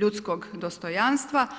ljudskog dostojanstva.